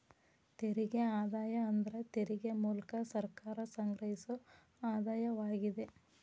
ತೆರಿಗೆ ಆದಾಯ ಅಂದ್ರ ತೆರಿಗೆ ಮೂಲ್ಕ ಸರ್ಕಾರ ಸಂಗ್ರಹಿಸೊ ಆದಾಯವಾಗಿದೆ